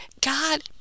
God